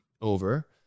over